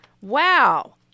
wow